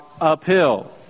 uphill